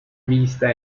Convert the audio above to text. vista